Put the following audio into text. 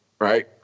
right